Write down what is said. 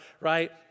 right